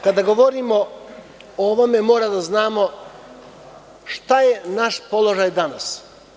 Kada govorimo o ovome, moramo da znamo šta je naš položaj danas.